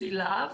נשיא לה"ב,